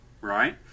right